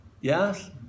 Yes